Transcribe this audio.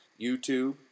YouTube